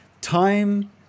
Time